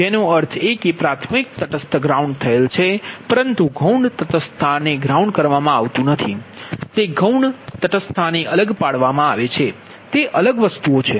તેનો અર્થ એ કે પ્રાથમિક તટસ્થ ગ્રાઉન્ડ થયેલ છે પરંતુ ગૌણ તટસ્થતા ને ગ્રાઉન્ડ કરવામાં આવતું નથી તે ગૌણ તટસ્થતા ને અલગ પાડવામાં આવે છે તે અલગ છે